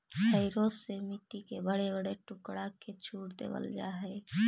harrow से मट्टी के बड़े बड़े टुकड़ा के चूर देवल जा हई